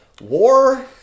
War